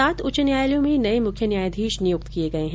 सात उच्च न्यायालयों में नये मुख्य न्यायाधीश नियुक्त किये गये हैं